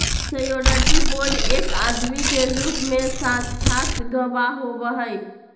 surety bond एक आदमी के रूप में साक्षात गवाह होबा हई